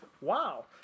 wow